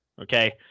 Okay